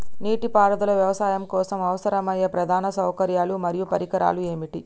నీటిపారుదల వ్యవసాయం కోసం అవసరమయ్యే ప్రధాన సౌకర్యాలు మరియు పరికరాలు ఏమిటి?